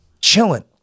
chilling